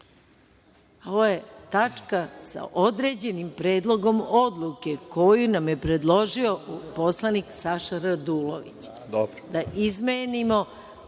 ovo je tačka sa određenim predlogom odluke koju nam je predložio poslanik Saša Radulović.